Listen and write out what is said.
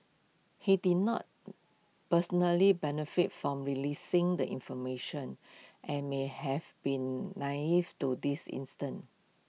he did not personally benefit from releasing the information and may have been naive to this instance